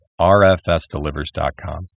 RFSDelivers.com